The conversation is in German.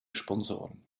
sponsoren